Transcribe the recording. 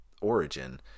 Origin